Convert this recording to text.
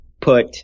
put